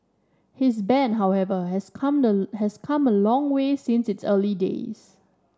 his band however has come a has come a long way since its early days